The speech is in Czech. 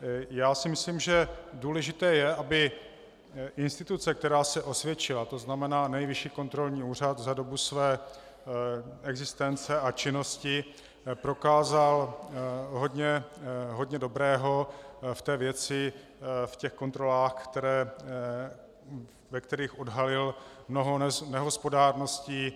Já si myslím, že důležité je, aby instituce, která se osvědčila to znamená Nejvyšší kontrolní úřad, za dobu své existence a činnosti prokázal hodně dobrého v té věci, v těch kontrolách, ve kterých odhalil mnoho nehospodárností.